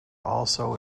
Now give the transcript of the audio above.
also